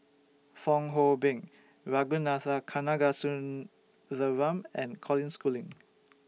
Fong Hoe Beng Ragunathar Kanagasuntheram and Colin Schooling